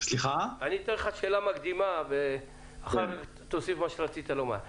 בשאלה מקדימה ואחר כך תאמר את דבריך: